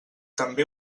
també